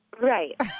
Right